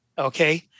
Okay